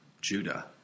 Judah